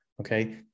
okay